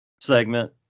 segment